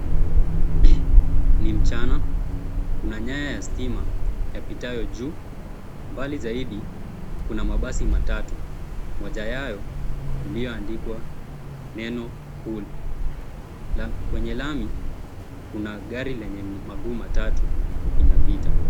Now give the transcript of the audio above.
Ni mchana. Kuna nyaya ya stima yapitayo juu, mbali zaidi kuna mabasi matatu, moja yao iliyoandikwa neno, Cool. Na kwenye lami kuna gari lenye maguu matatu inapita.